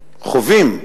חווים.